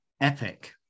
epic